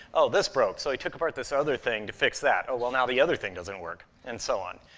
oh, this broke, so i took apart this other thing to fix that. oh, well, now the other thing doesn't work, and so on.